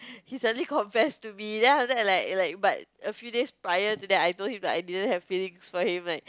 he suddenly confess to me then after that like like but a few days prior to that I told him like I don't have feelings for him like